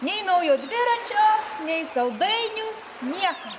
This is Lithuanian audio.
nei naujo dviračio nei saldainių nieko